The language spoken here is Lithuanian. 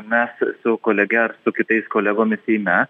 mes su kolege ar su kitais kolegomis seime